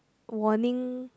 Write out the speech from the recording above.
warning